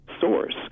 source